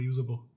reusable